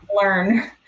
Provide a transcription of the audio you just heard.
learn